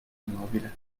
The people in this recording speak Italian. immobile